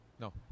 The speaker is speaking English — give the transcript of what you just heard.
No